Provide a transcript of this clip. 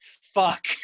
fuck